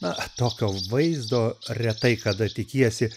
na tokio vaizdo retai kada tikiesi